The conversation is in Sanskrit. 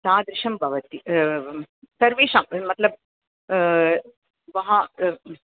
तादृशं भवती सर्वेषां मत्लब् वहा